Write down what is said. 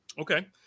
Okay